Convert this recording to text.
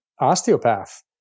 osteopath